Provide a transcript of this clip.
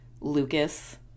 Lucas